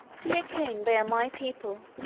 dear king, they are my people!